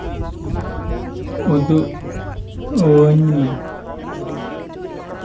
ᱩᱫᱩᱜ ᱟᱹᱧ ᱢᱮ